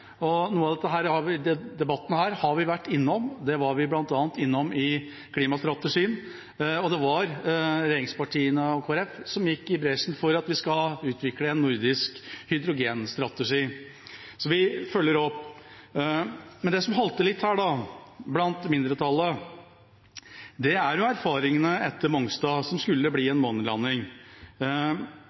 hydrogen. Noe av denne debatten har vi vært innom, bl.a. i forbindelse med klimastrategien, og det var regjeringspartiene og Kristelig Folkeparti som gikk i bresjen for at vi skal utvikle en nordisk hydrogenstrategi. Så vi følger opp. Men det som halter litt blant mindretallet, er erfaringene etter Mongstad, som skulle bli en månelanding.